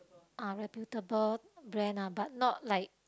uh reputable brand lah but not like